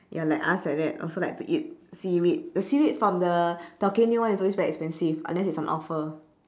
ya like us like that also like to eat seaweed the seaweed from the taokaenoi one is always very expensive unless it's on offer